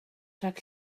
rhag